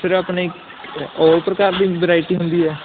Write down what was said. sir ਆਪਣੇ ਓਲ ਪ੍ਰਕਾਰ ਦੀ ਵੀ ਵਰਾਇਟੀ ਹੁੰਦੀ ਆ